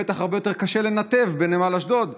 בטח הרבה יותר קשה לנתב בנמל אשדוד.